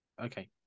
Okay